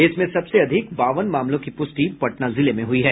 इसमें सबसे अधिक बावन मामलों की पुष्टि पटना जिले में हुई है